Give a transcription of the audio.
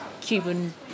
Cuban